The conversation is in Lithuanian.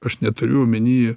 aš neturiu omeny